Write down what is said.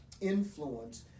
influence